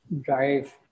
drive